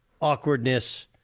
awkwardness